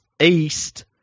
east